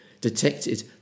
detected